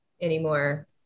anymore